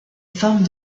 forme